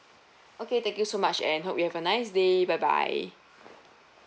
okay thank you so much and hope you have a nice day bye bye